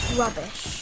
rubbish